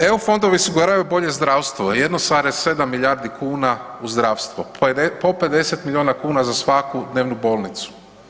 EU fondovi su osiguravaju bolje zdravstvo 1,7 milijardi kuna u zdravstvo, po 50 miliona kuna za svaku dnevnu bolnicu.